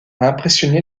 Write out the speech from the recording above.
impressionné